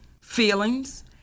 feelings